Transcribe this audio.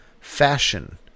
Fashion